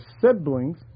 siblings